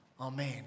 Amen